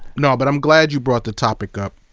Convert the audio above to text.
no, but i'm glad you brought the topic up.